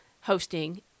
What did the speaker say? hosting